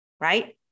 right